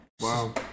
Wow